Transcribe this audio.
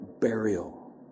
burial